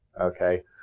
Okay